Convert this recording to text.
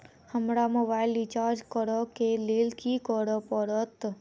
हमरा mobile recharge करऽ केँ लेल की करऽ पड़त?